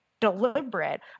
Deliberate